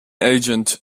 agent